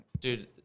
Dude